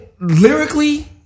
lyrically